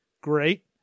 great